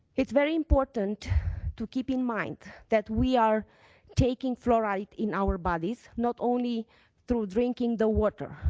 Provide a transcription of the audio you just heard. it's very important to keep in mind that we are taking fluoride in our bodies not only through drinking the water,